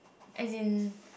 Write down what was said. as in